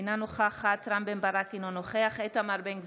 אינה נוכחת רם בן ברק, אינו נוכח איתמר בן גביר,